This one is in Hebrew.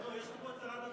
לא, שרת התרבות פה.